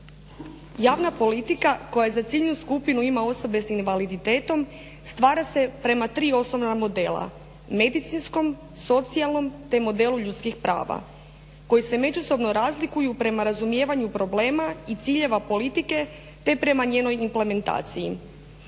Javna politika koja za ciljnu skupinu ima osobe s invaliditetom stvara se prema tri osnovna modela: medicinskom, socijalnom te modelu ljudskih prava koji se međusobno razlikuju prema razumijevanju problema i ciljeva politike te prema njenoj implementaciji.